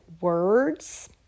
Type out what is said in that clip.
words